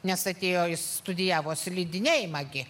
nes atėjo jis studijavo slidinėjimą gi